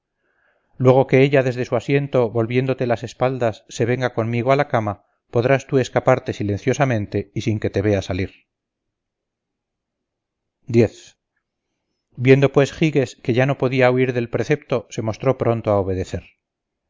luego que ella desde su asiento volviéndote las espaldas se venga conmigo a la cama podrás tú escaparte silenciosamente y sin que te vea salir viendo pues giges que ya no podía huir del precepto se mostró pronto a obedecer